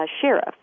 Sheriff